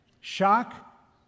shock